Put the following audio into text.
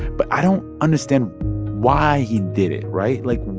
but i don't understand why he did it, right? like,